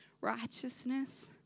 righteousness